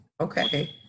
Okay